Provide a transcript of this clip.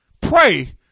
pray